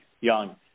young